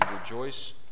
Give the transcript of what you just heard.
rejoice